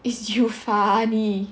is you funny